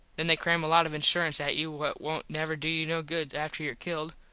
then they cram a lot of insurence at you what wont never do you no good after your killed.